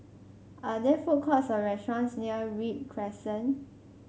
are there food courts or restaurants near Read Crescent